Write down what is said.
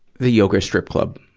the yoga strip club.